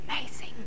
amazing